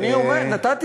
איך זה